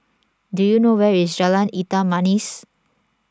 do you know where is Jalan Hitam Manis